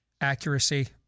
accuracy